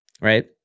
right